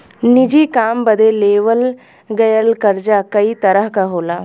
निजी काम बदे लेवल गयल कर्जा कई तरह क होला